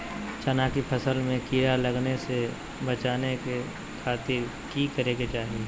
चना की फसल में कीड़ा लगने से बचाने के खातिर की करे के चाही?